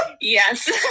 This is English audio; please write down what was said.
Yes